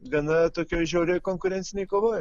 gana tokioj žiaurioj konkurencinėj kovoj